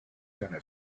gonna